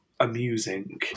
amusing